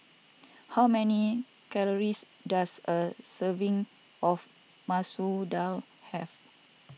how many calories does a serving of Masoor Dal have